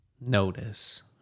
Notice